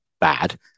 bad